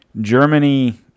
Germany